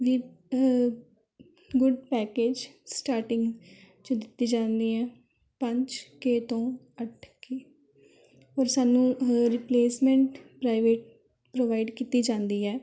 ਨੇ good package starting 'ਚ ਦਿੱਤੇ ਜਾਂਦੇ ਹੈ ਪੰਜ ਕੇ ਤੋਂ ਅੱਠ ਕੇ ਪਰ ਸਾਨੂੰ ਰਿਪਲੇਸਮੈਂਟ ਪ੍ਰਾਈਵੇਟ ਪ੍ਰੋਵਾਈਡ ਕੀਤੀ ਜਾਂਦੀ ਹੈ